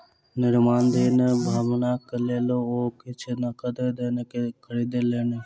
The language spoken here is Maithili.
निर्माणाधीन भवनक लेल ओ किछ नकद दयके खरीद लेलैन